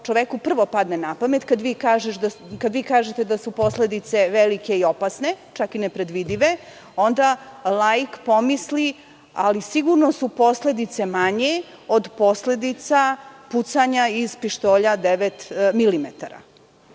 čoveku prvo padne na pamet, kada vi kažete da su posledice velike i opasne, čak i nepredvidive, onda laik pomisli – sigurno su posledice manje od posledica pucanja iz pištolja devet